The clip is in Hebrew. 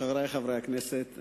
חברי חברי הכנסת,